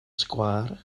sgwâr